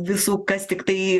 visų kas tiktai